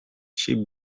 she